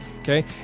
okay